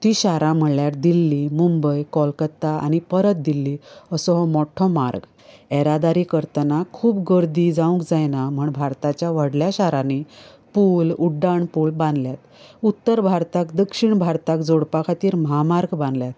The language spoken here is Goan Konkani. ती शारां म्हळ्यार दिल्ली मुंबय कॉलकत्ता आनी परत दिल्ली असो हो मोठो मार्ग येरादारी करतना खूब गर्दी जावंक जायना म्हण भारताच्या व्हडल्या शारांनी पूल उड्डाण पूल बांदल्यात उत्तर भारताक दक्षिण भारताक जोडपा खातीर महामार्ग बांदल्यात